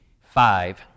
Five